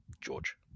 George